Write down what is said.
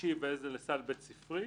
אישי ואיזה לסל בית ספרי.